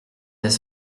n’est